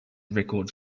records